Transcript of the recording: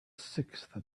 sixth